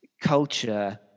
culture